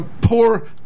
poor